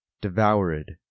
Devoured